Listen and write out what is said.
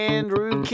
Andrew